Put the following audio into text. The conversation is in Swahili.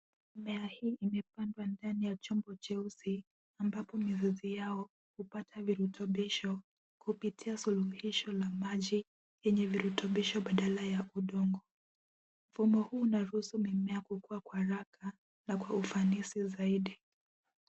Mimea hii imepandwa ndani ya chombo cheusi ambapo mizizi yao hupata viritubisho kupitia suluhisho la maji yenye virutubisho badala ya udongo. Mfumo huu unaruhsu mimea kukuua kwa haraka na kwa ufanisi zaidi.